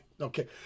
Okay